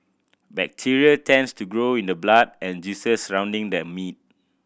bacteria tends to grow in the blood and juices surrounding the meat